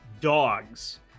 dogs